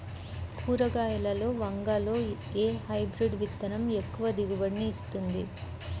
కూరగాయలలో వంగలో ఏ హైబ్రిడ్ విత్తనం ఎక్కువ దిగుబడిని ఇస్తుంది?